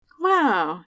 Wow